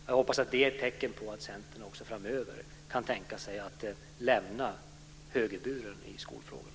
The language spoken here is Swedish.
Jag hoppas att det är ett tecken på att Centern också framöver kan tänka sig att lämna högerburen i skolfrågorna.